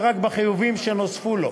אלא רק בחיובים שנוספו לו.